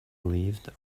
lived